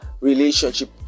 relationship